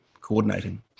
coordinating